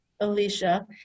Alicia